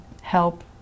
help